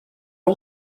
all